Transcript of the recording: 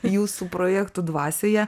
jūsų projektų dvasioje